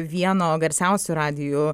vieno garsiausių radijų